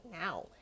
now